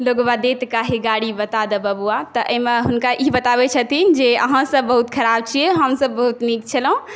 लोगवा देत काहे गारी बतादऽ बबुआ तऽ एहि मे हुनका ई बताबै छथिन जे अहाॅं सभ बहुत ख़राब छी हमसभ बहुत नीक छलहुँ